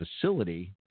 facility